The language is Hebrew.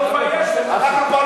תתבייש לך.